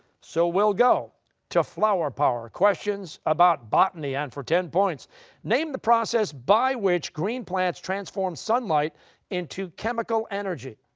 so we'll go to flower power, questions about botany, and for ten points name the process by which green plants transform sunlight into chemical energy.